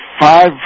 five